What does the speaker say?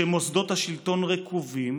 שמוסדות השלטון רקובים,